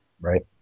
Right